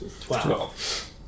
twelve